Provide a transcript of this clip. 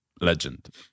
Legend